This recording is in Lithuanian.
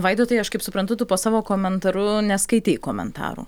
vaidotai aš kaip suprantu tu po savo komentaru neskaitei komentarų